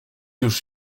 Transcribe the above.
już